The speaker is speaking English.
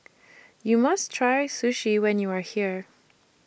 YOU must Try Sushi when YOU Are here